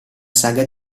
saga